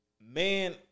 man